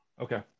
Okay